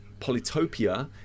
polytopia